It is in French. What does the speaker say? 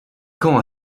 quand